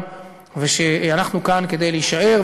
ושאנחנו כאן כדי להישאר,